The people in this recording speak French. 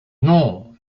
non